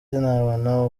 sinabona